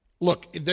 look